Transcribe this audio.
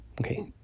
okay